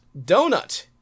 Donut